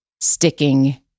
sticking